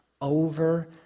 over